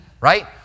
right